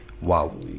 Wow